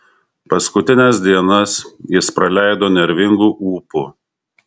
paskutines dienas jis praleido nervingu ūpu